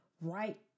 right